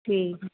ਠੀਕ